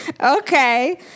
Okay